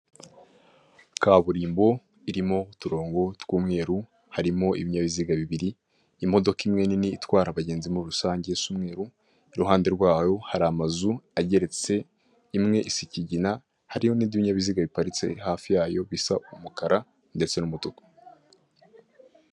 Kaburimbo irimo uturongo tw'umweru, harimo ibinyabiziga bibiri, imodoka imwe nini itwara abagenzi muri rusange isa umweru, iruhande rwaho hari amazu ageretse, imwe isa ikigina, hariho n'ibindi binyabiziga biparitse hafi yayo bisa umukara ndetse n'umutuku.